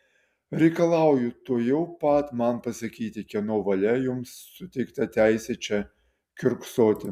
reikalauju tuojau pat man pasakyti kieno valia jums suteikta teisė čia kiurksoti